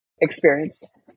experienced